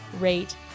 rate